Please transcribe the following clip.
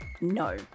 no